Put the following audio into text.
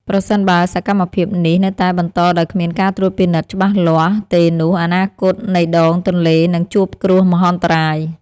ប្រសិនបើសកម្មភាពនេះនៅតែបន្តដោយគ្មានការត្រួតពិនិត្យច្បាស់លាស់ទេនោះអនាគតនៃដងទន្លេនឹងជួបគ្រោះមហន្តរាយ។